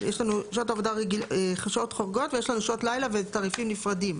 אבל יש לנו שעות חורגות ויש לנו שעות לילה ותעריפים נפרדים.